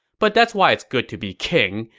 but that's why it's good to be king.